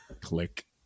click